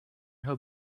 her